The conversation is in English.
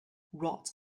wrought